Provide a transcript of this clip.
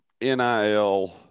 NIL